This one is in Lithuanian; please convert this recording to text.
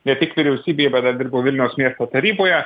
ne tik vyriausybėj bet dar dirbau vilniaus miesto taryboje